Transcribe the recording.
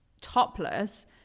topless